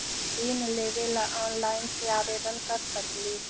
ऋण लेवे ला ऑनलाइन से आवेदन कर सकली?